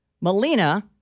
Melina